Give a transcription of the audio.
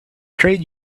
trade